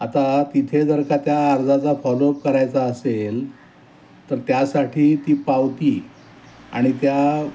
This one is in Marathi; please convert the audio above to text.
आता तिथे जर का त्या अर्जाचा फॉलोअप करायचा असेल तर त्यासाठी ती पावती आणि त्या